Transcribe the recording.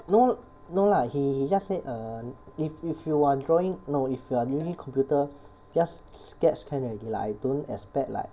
no no lah he he just said err if if you are drawing no if you are using computer just sketch can already lah I don't expect like